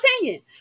opinion